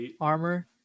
Armor